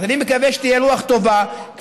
אז אני מקווה שתהיה רוח טובה, יוסי, יוסי.